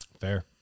Fair